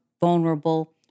vulnerable